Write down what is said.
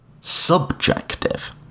subjective